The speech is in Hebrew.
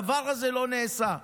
הדבר הזה לא נעשה.